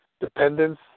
dependence